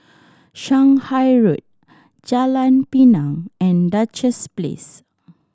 Shanghai Road Jalan Pinang and Duchess Place